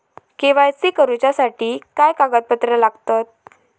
KYC करूच्यासाठी काय कागदपत्रा लागतत?